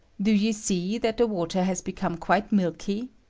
do you see that the water has become quite milky?